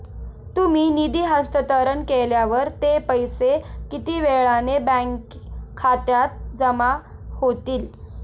तुम्ही निधी हस्तांतरण केल्यावर ते पैसे किती वेळाने बँक खात्यात जमा होतील?